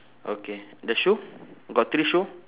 okay the shoe got three shoe